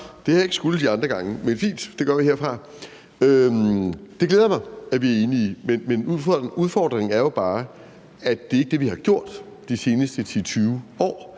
Det har jeg ikke skullet de andre gange. Men det er fint, det gør vi herfra. Det glæder mig, at vi er enige, men udfordringen er jo bare, at det ikke er det, vi har gjort de seneste 10-20 år,